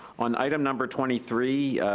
on item number twenty three,